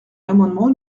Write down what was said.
l’amendement